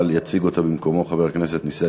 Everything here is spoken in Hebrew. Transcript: אבל יציג אותה במקומו חבר הכנסת נסים